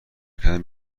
کردن